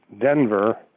Denver